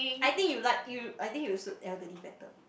I think you like you I think you suit elderly better